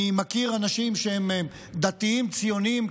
אני מכיר אנשים שהם דתיים ציוניים,